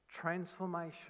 transformation